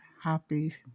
happy